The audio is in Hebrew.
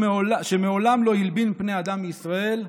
שמעולם לא הלבין פני אדם בישראל,